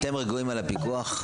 אתם רגועים מעניין הפיקוח?